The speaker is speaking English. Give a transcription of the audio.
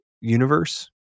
universe